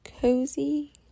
Cozy